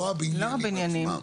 לא הבניינים עצמם.